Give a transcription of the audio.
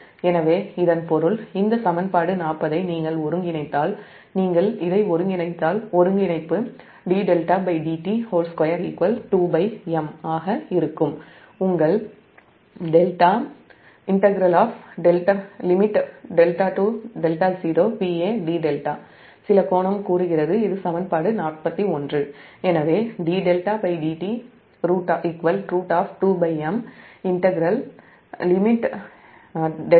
எனவே இதன் பொருள் இந்த சமன்பாடு 40 ஐ நீங்கள் இதை ஒருங்கிணைத்தால் dδdt 22M ஆக இருக்கும் உங்கள் δ0 சில கோணம் கூறுகிறதுஇது சமன்பாடு 41